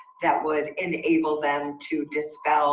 that would enable them to dispel